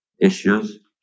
issues